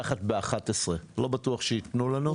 לא בטוח שייתנו לנו.